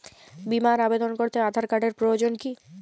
বিমার আবেদন করতে আধার কার্ডের প্রয়োজন কি?